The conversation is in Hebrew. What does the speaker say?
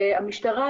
המשטרה,